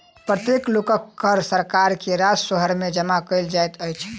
प्रत्येक लोकक कर सरकार के राजस्व में जमा कयल जाइत अछि